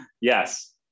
Yes